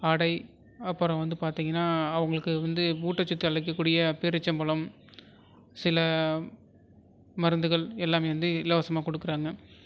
ஆடை அப்புறம் வந்து பார்த்திங்கன்னா அவங்களுக்கு வந்து ஊட்டச்சத்து அளிக்க கூடிய பேரிச்சம் பழம் சில மருந்துகள் எல்லாமே வந்து இலவசமாக கொடுக்குறாங்க